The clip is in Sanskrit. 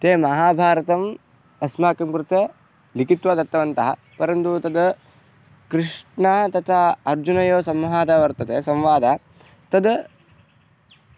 ते महाभारतम् अस्माकं कृते लिखित्वा दत्तवन्तः परन्तु तद् कृष्णः तथा अर्जुनयोः संवादः वर्तते संवादः तद्